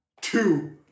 two